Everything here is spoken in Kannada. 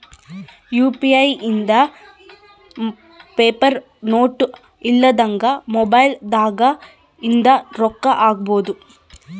ಯು.ಪಿ.ಐ ಇಂದ ಪೇಪರ್ ನೋಟ್ ಇಲ್ದಂಗ ಮೊಬೈಲ್ ದಾಗ ಇಂದ ರೊಕ್ಕ ಹಕ್ಬೊದು